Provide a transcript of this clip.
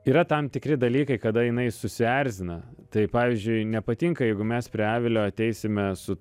yra tam tikri dalykai kada jinai susierzina tai pavyzdžiui nepatinka jeigu mes prie avilio ateisime su